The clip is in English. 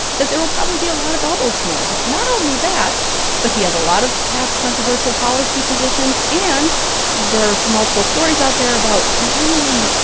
that there will probably be a lot of elbows thrown at him. not only that but he has a lot of past controversial policy positions. and there are multiple stories out there about really,